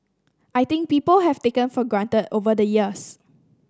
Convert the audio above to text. I think people have taken for granted over the years